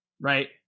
Right